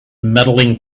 medaling